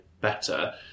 better